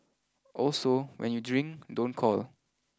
also when you drink don't call